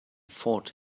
fought